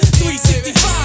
365